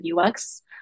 UX